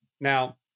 Now